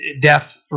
death